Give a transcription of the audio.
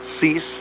cease